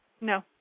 No